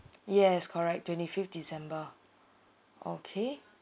yes correct twenty-fifth december okay